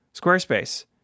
Squarespace